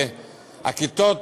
שהכיתות